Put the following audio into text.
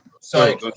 Sorry